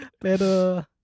Pero